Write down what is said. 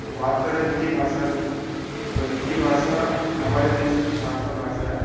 बात करें हिन्दी भाषा की तो हिन्दी भाषा हमारे देश की मातृभाषा है